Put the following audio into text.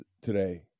today